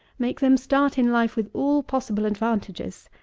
make them start in life with all possible advantages,